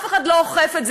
אף אחד לא אוכף את זה.